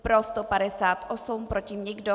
Pro 158, proti nikdo.